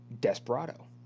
Desperado